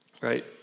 Right